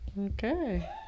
Okay